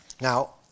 Now